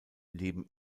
leben